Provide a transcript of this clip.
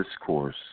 discourse